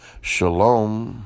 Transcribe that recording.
Shalom